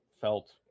felt